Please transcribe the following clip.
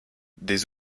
des